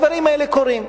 הדברים האלה קורים.